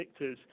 predictors